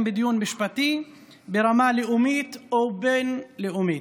בדיון משפטי ברמה הלאומית או הבין-לאומית.